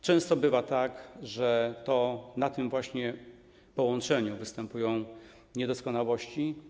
Często bywa tak, że to na tym właśnie połączeniu występują niedoskonałości.